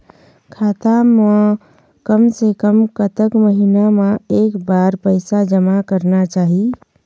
खाता मा कम से कम कतक महीना मा एक बार पैसा जमा करना चाही?